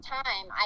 time